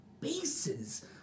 bases